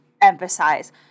emphasize